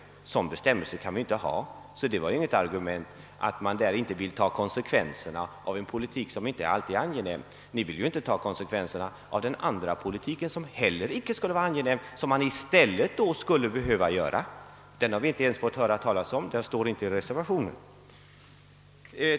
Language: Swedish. Sådana bestämmelser kan man inte ha. Så detta var inget argument för att inte ta konsekvenserna av en politik som inte alltid är angenäm, Och ni vill ju inte ta konsekvenserna av den andra politiken, som inte heller skulle vara angenäm och som man skulle behöva föra i stället. Den har vi inte ens fått höra talas om i reservationen.